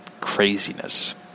craziness